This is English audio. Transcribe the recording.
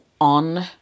on